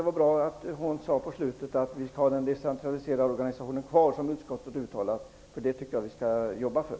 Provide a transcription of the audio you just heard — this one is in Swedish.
Det som Görel Thurdin sade i slutet av inlägget var bra, att vi skall ha den decentraliserade organisationen kvar, vilket utskottet uttalat. Det tycker jag att vi skall jobba för.